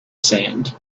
sand